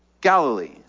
Galilee